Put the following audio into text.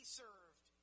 served